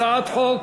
הצעת חוק